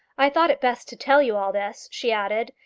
i thought it best to tell you all this, she added.